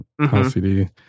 lcd